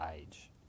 age